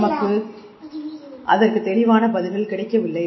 நமக்கு அதற்கு தெளிவான பதில்கள் கிடைக்கவில்லை